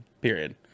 period